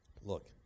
Look